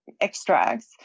extracts